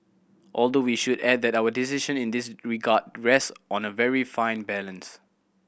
although we should add that our decision in this regard rest on a very fine balance